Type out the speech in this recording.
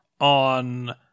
on